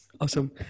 Awesome